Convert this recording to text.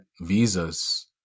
visas